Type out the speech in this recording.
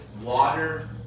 water